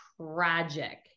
tragic